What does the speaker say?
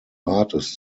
rates